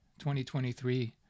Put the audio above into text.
2023